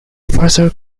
further